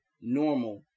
normal